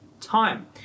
time